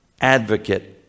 advocate